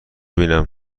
بینم